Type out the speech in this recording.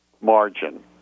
margin